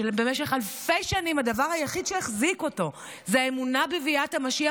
שבמשך אלפי שנים הדבר היחיד שהחזיק אותו זו האמונה בביאת המשיח,